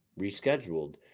rescheduled